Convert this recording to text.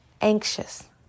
anxious